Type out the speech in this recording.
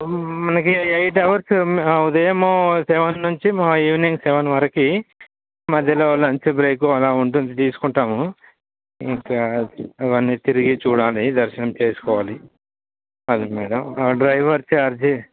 మనకి eight hours ఉదయము seven నుంచి ఈవినింగ్ సెవెన్ వరకు మధ్యలో లంచ్ బ్రేకు అలా ఉంటుంది తీసుకుంటాము ఇంకా అవన్నీ తిరిగి చూడాలి దర్శనం చేసుకోవాలి అది మేడం డ్రైవర్ ఛార్జీ